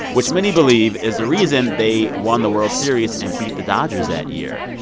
which many believe is the reason they won the world series and beat the dodgers that year.